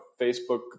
Facebook